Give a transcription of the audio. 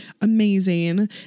Amazing